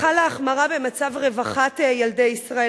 חלה החמרה במצב רווחת ילדי ישראל.